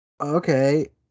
okay